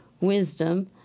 wisdom